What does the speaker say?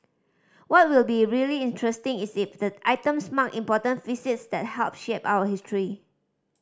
what will be really interesting is if the items marked important visits that helped shape our history